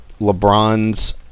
LeBron's